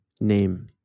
name